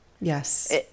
Yes